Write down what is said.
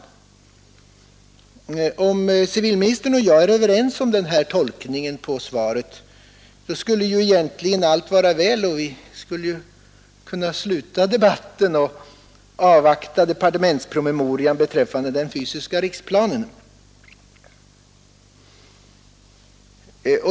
Om civilministern och jag är överens om denna tolkning av svaret, så skulle egentligen allt vara väl och vi skulle kunna sluta debatten och avvakta departementspromemorian beträffande den fysiska riksplanen.